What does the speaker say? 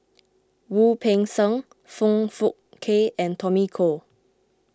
Wu Peng Seng Foong Fook Kay and Tommy Koh